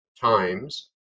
times